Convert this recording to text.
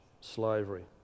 slavery